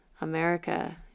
America